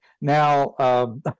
Now